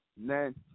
Man